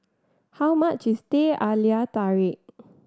how much is Teh Halia Tarik